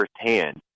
firsthand